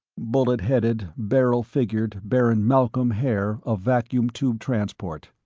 bullet-headed, barrel-figured baron malcolm haer of vacuum tube transport.